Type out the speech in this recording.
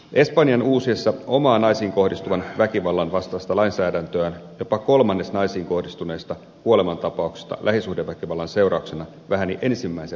espanjan uusiessa omaa naisiin kohdistuvan väkivallan vastaista lainsäädäntöään jopa kolmannes naisiin kohdistuneista kuolemantapauksista lähisuhdeväkivallan seurauksena väheni ensimmäisen vuoden aikana